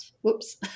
whoops